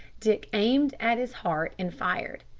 dick aimed at its heart and fired,